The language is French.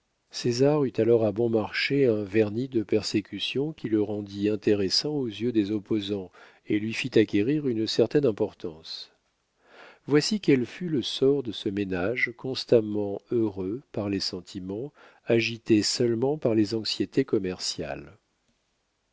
vendémiaire césar eut alors à bon marché un vernis de persécution qui le rendit intéressant aux yeux des opposants et lui fit acquérir une certaine importance voici quel fut le sort de ce ménage constamment heureux par les sentiments agité seulement par les anxiétés commerciales